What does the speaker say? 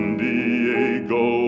diego